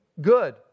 good